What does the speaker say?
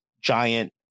giant